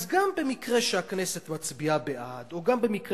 אז גם במקרה שהכנסת מצביעה בעד או גם במקרה